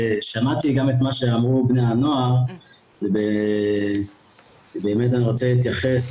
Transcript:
שמעתי גם את מה שאמרו בני הנוער ובאמת אני רוצה להתייחס.